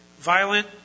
Violent